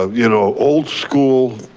ah you know old school